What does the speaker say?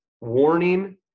warning